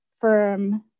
Firm